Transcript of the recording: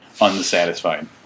unsatisfied